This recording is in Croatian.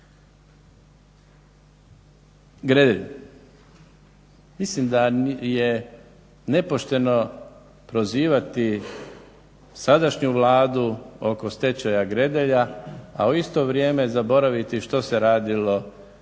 Gredelj – mislim da je nepošteno prozivati sadašnju Vladu oko stečaja Gredelja, a u isto vrijeme zaboraviti što se radilo protekle